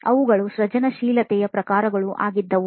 ಅವುಗಳು ಸೃಜನಶೀಲತೆಯ ಪ್ರಕಾರಗಳು ಆಗಿದ್ದವು